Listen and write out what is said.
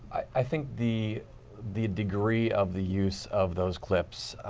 i think the the degree of the use of those clips,